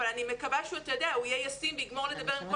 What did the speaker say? אבל אני מקווה שהוא יהיה ישים ויגמור לדבר עם כל